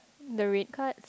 the red card